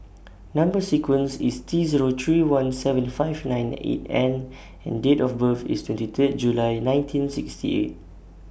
Number sequence IS T Zero three one seventy five nine eight N and Date of birth IS twenty three July nineteen sixty eight